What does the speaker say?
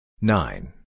Nine